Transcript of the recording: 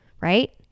right